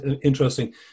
interesting